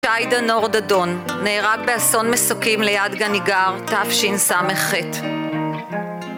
שיידה נורדדון נהרג באסון מסוקים ליד גניגר, תף שין סמכת